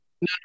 No